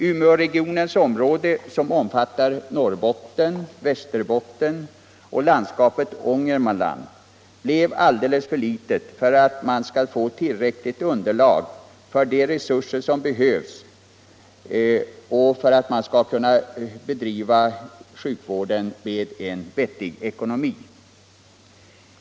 Umeåregionens område, som omfattar Norrbotten, Visterbotten och landskapet Ångermanland, blev alldeles för litet för att man skall få tillräckligt underlag för de resurser som behövs och för att man skall kunna bedriva sjukvården med en vettig ekonomi.